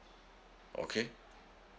okay